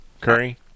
Curry